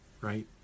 right